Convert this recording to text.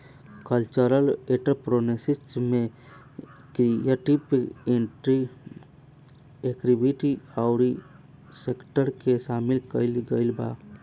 cultural entrepreneurship में creative industry activity अउरी sector के सामिल कईल गईल बा